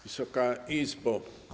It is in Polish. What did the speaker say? Wysoka Izbo!